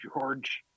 George